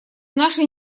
наши